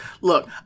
look